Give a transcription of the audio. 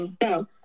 go